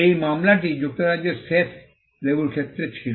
এই মামলাটি যুক্তরাজ্যের জেফ লেবু ক্ষেত্রে ছিল